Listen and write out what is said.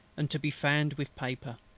and to be fanned with paper,